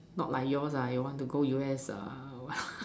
not like yours ah you want to go U_S err well